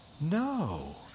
No